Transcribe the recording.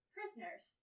Prisoners